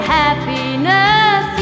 happiness